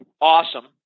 awesome